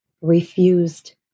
refused